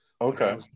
okay